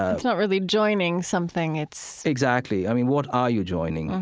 it's not really joining something. it's, exactly. i mean, what are you joining?